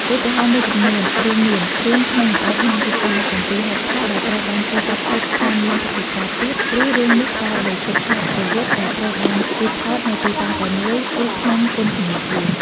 ឧទាហរណ៍មួយចំនួនរួមមាន រឿង ក្មេងល្អឆ្នាំ 2017 ហេតុផលដែលត្រូវបានគេចាត់ទុកថាមានថវិកាទាប ព្រោះរឿងនេះផ្តោតលើឈុតឆាកប្រយុទ្ធដែលត្រូវបានគេថតនៅទីតាំងតែមួយ គឺក្នុងពន្ធនាគារ។